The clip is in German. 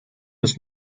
ist